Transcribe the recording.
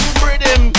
freedom